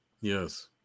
Yes